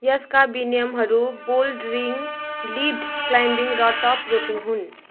यसका विनियमहरू bouldering lead climbing र टप रोपिङ हुन्